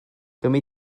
gymri